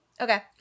Okay